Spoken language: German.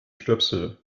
stöpsel